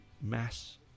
mass